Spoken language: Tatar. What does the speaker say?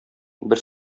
бер